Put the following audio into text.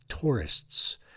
tourists